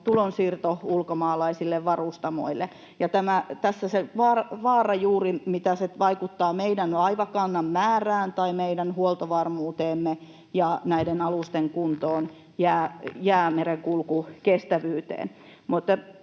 tulonsiirto ulkomaalaisille varustamoille, ja tässä on juuri se vaara, miten se vaikuttaa meidän laivakannan määrään tai meidän huoltovarmuuteemme ja näiden alusten kuntoon, jäämerenkulkukestävyyteen.